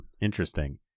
Interesting